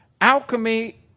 alchemy